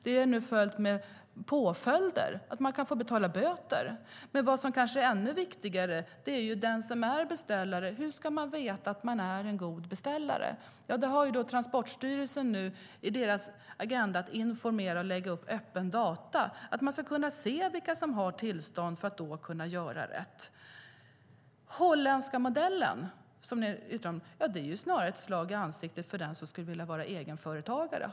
Det finns nu påföljder, att man kan få betala böter. Vad som kanske är ännu viktigare för den som är beställare är: Hur ska man veta att man är en god beställare? Transportstyrelsen har en agenda att informera och lägga upp öppna data. Man ska kunna se vilka som har tillstånd för att man ska kunna göra rätt. Ni talar om den holländska modellen. Det är snarare ett slag i ansiktet för den som skulle vilja vara egenföretagare.